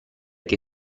che